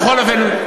בכל אופן,